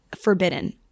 forbidden